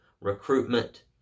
recruitment